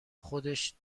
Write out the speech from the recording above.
خودش